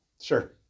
Sure